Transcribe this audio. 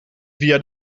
via